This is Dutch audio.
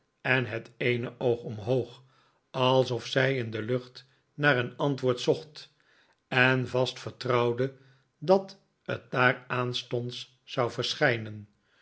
en het eene oog omhoog alsof zij in de lucht naar een antwoord zocht en vast vertrouwde dat het daar aanstonds zou verschijnen